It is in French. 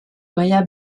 maya